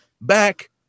back